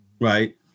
Right